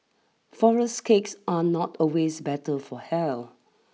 flourless cakes are not always better for hell